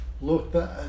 look